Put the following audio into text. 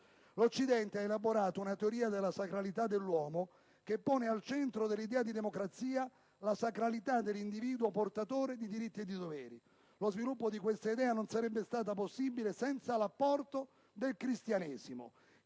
L'Occidente ha elaborato una teoria della sacralità dell'uomo che pone al centro dell'idea di democrazia la sacralità dell'individuo portatore di diritti e di doveri; lo sviluppo di questa idea non sarebbe stata possibile senza l'apporto del Cristianesimo,